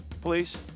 please